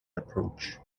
approach